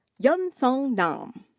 yun seong nam.